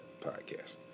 podcast